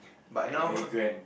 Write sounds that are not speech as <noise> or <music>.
but now <laughs>